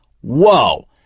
Whoa